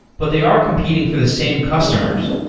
but they are competing for the same customers,